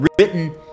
written